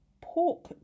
pork